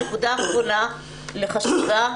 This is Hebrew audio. נקודה אחרונה לחשיבה.